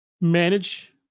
manage